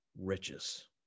riches